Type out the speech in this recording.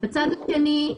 בצד השני,